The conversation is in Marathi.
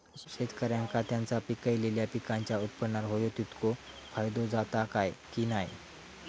शेतकऱ्यांका त्यांचा पिकयलेल्या पीकांच्या उत्पन्नार होयो तितको फायदो जाता काय की नाय?